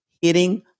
hitting